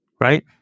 right